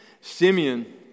Simeon